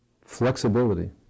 Flexibility